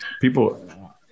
people